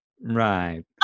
Right